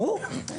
ברור.